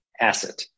asset